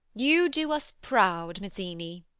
you do us proud, mazzini.